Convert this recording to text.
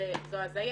זו הזיה